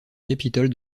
capitole